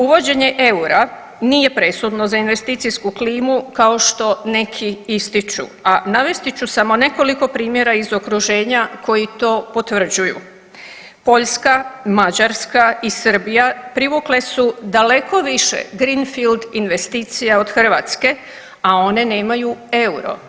Uvođenje eura nije presudno za investicijsku klimu kao što neki ističu, a navesti ću samo nekoliko primjera iz okruženja koji to potvrđuju – Poljska, Mađarska i Srbija privukle su daleko više greenfield investicija od Hrvatske a one nemaju euro.